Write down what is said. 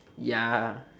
ya